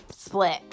Split